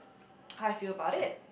how I feel about it